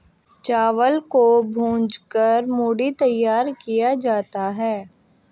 चावल को भूंज कर मूढ़ी तैयार किया जाता है